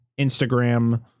Instagram